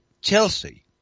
Chelsea